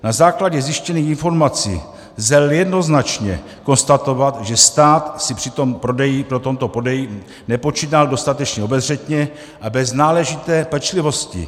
Na základě zjištěných informací lze jednoznačně konstatovat, že stát si při tomto prodeji nepočínal dostatečně obezřetně a bez náležité pečlivosti.